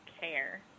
care